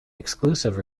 exclusive